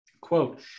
Quote